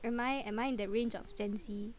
am I am I in the range of gen Z